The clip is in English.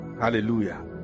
Hallelujah